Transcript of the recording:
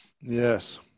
Yes